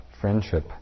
friendship